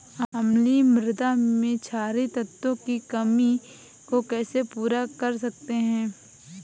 अम्लीय मृदा में क्षारीए तत्वों की कमी को कैसे पूरा कर सकते हैं?